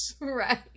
right